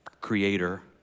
creator